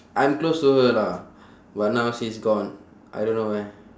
I'm close to her lah but now she's gone I don't know where